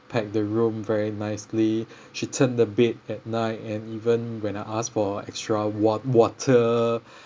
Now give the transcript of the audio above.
packed the room very nicely she turned the bed at night and even when I ask for extra wa~ water